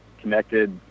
connected